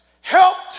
helped